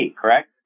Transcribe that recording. correct